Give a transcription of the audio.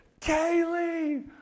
Kaylee